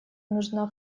нужна